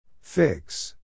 Fix